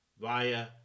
via